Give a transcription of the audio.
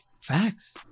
Facts